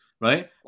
Right